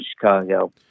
Chicago